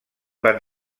van